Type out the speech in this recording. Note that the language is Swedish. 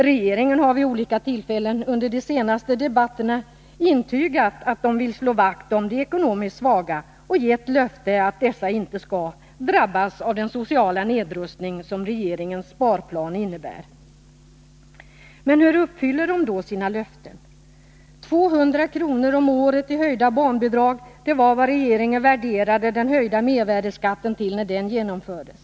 Regeringen har vid olika tillfällen under de senaste debatterna intygat att man vill slå vakt om de ekonomiskt svaga och givit löften om att dessa inte skall drabbas av den sociala nedrustning som regeringens sparplan innebär. Hur uppfyller regeringen då sina löften? 200 kr. om året i höjda barnbidrag — det var vad regeringen värderade den höjda mervärdeskatten till när den genomfördes.